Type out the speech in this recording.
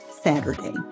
Saturday